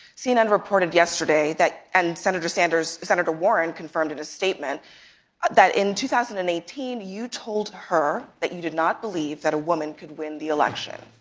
cnn reported yesterday that and senator sanders, senator warren, confirmed in a statement that in two thousand and eighteen, you told her that you did not believe that a woman could win the election.